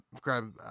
grab